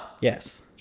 Yes